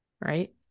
Right